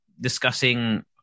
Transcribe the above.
discussing